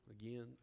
again